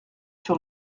sur